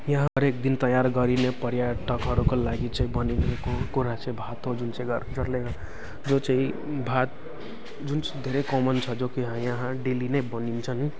यहाँ हरेक दिन तयार गरिने पर्याटकहरूको लागि चाहिँ बनिरहेको कुरा चाहिँ भात हो जुन चाहिँ जो चाहिँ भात जुन धेरै कमन छ जो कि यहाँ डेली नै बनिन्छन्